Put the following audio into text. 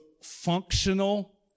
functional